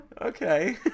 okay